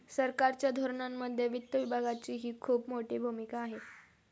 सरकारच्या धोरणांमध्ये वित्त विभागाचीही खूप मोठी भूमिका आहे